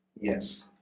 Yes